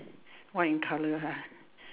white in color ah